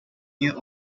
you